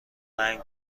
رنگ